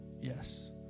yes